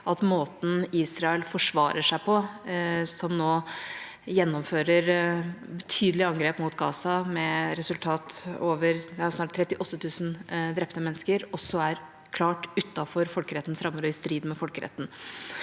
at måten Israel forsvarer seg på, hvor de nå gjennomfører betydelige angrep mot Gaza, med det resultat at snart 38 000 mennesker er drept, også er klart utenfor folkerettens rammer og i strid med folkeretten.